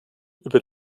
über